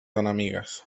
enemigues